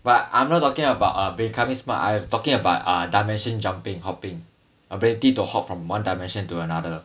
but I'm not talking about um becoming smart I am talking about uh dimension jumping hopping ability to hop from one dimension to another